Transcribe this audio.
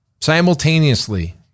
simultaneously